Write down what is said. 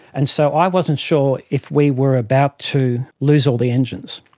and so i wasn't sure if we were about to lose all the engines.